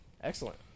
Excellent